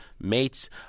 mates